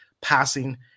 passing